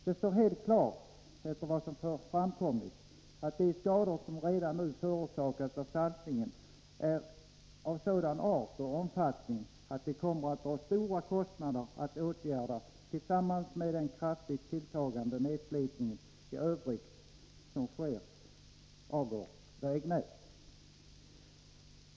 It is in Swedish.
Det står helt klart, efter vad som har framkommit, att de skador som redan nu förorsakats av saltningen är av sådan art och omfattning att de kommer att medföra stora kostnader, vid sidan av kostnaderna för den kraftiga nedslitningen av vägnätet.